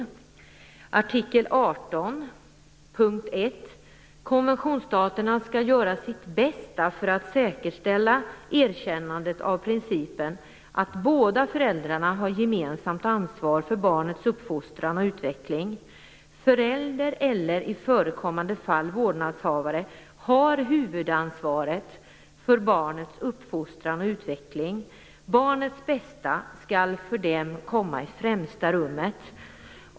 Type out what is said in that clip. Artikel 18, punkt 1: "Konventionsstaterna skall göra sitt bästa för att säkerställa erkännandet av principen att båda föräldrarna har gemensamt ansvar för barnets uppfostran och utveckling. Föräldrar eller, i förekommande fall, vårdnadshavare har huvudansvaret för barnets uppfostran och utveckling. Barnets bästa skall för dem komma i främsta rummet."